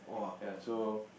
ya so